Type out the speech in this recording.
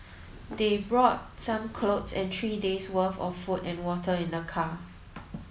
they brought some clothes and three days' worth of food and water in their car